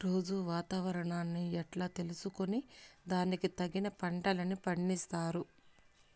రోజూ వాతావరణాన్ని ఎట్లా తెలుసుకొని దానికి తగిన పంటలని పండిస్తారు?